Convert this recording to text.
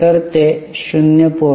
तर ते 0